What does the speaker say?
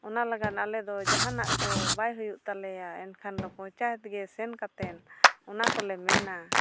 ᱚᱱᱟ ᱞᱟᱜᱟᱱ ᱟᱞᱮ ᱫᱚ ᱡᱟᱦᱟᱱᱟᱜ ᱠᱚ ᱵᱟᱭ ᱦᱩᱭᱩᱜ ᱛᱟᱞᱮᱭᱟ ᱮᱱᱠᱷᱟᱱ ᱫᱚ ᱯᱚᱧᱪᱟᱭᱮᱛ ᱜᱮ ᱥᱮᱱ ᱠᱟᱛᱮᱱ ᱚᱱᱟ ᱠᱚᱞᱮ ᱢᱮᱱᱟ